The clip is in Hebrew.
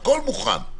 הכול מוכן.